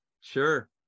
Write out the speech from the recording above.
Sure